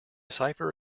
cipher